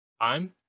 Time